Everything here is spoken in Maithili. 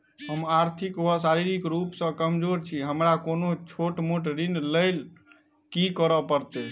हम आर्थिक व शारीरिक रूप सँ कमजोर छी हमरा कोनों छोट मोट ऋण लैल की करै पड़तै?